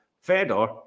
Fedor